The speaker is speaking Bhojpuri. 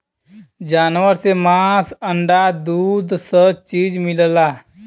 जानवर से मांस अंडा दूध स चीज मिलला